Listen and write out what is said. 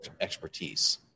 expertise